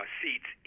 seats